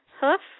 hoof